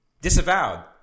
disavowed